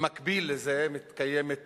במקביל לזה מתקיימת